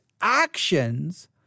actions